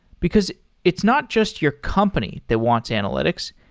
because it's not just your company that wants analytics.